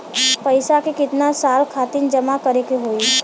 पैसा के कितना साल खातिर जमा करे के होइ?